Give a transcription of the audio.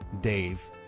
Dave